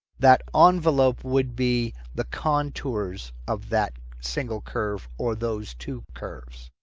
that um envelope would be the contours of that single curve or those two curves.